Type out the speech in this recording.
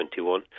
2021